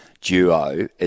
duo